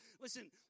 Listen